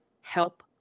help